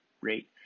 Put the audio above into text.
rate